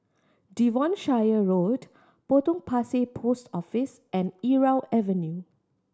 Devonshire Road Potong Pasir Post Office and Irau Avenue